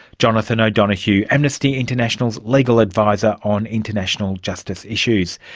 jonathan o'donohue, amnesty international's legal adviser on international justice issues,